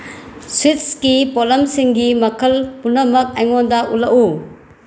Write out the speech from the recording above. ꯁ꯭ꯋꯤꯠꯁꯀꯤ ꯄꯣꯠꯂꯝꯁꯤꯡꯒꯤ ꯃꯈꯜ ꯄꯨꯅꯃꯛ ꯑꯩꯉꯣꯟꯗ ꯎꯠꯂꯛꯎ